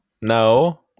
No